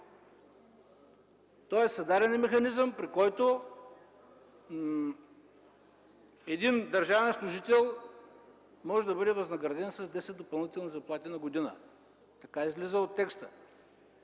Създаден е механизъм, при който един държавен служител може да бъде възнаграден с десет допълнителни заплати на година. Така излиза от текста,